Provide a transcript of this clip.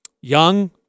young